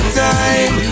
time